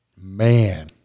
Man